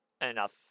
enough